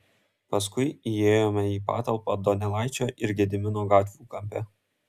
paskui įėjome į patalpą donelaičio ir gedimino gatvių kampe